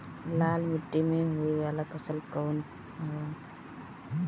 लाल मीट्टी में होए वाला फसल कउन ह?